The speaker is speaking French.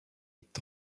est